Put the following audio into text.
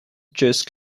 just